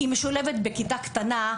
היא משולבת בכיתה קטנה,